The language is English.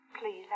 Please